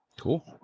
Cool